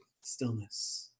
stillness